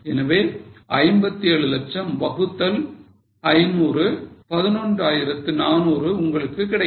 எனவே 57 லட்சம் வகுத்தல் 500 11400 உங்களுக்கு கிடைக்கும்